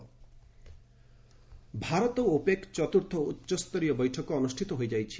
India OPEC Bharat OPEC ଚତୁର୍ଥ ଉଚ୍ଚସ୍ତରୀୟ ବୈଠକ ଅନୁଷ୍ଠିତ ହୋଇଯାଇଛି